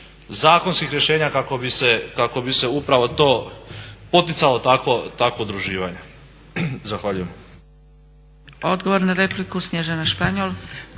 zakonskih rješenja kako bi se upravo to poticalo takvo udruživanje? Zahvaljujem.